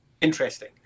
interesting